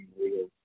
real